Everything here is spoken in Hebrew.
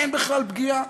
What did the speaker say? אין בכלל פגיעה.